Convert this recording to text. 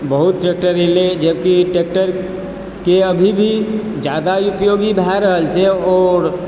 बहुत ट्रैक्टर एलय जबकि ट्रैक्टरके अभी भी जादा उपयोगी भए रहल छै आओर